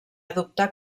adoptar